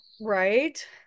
Right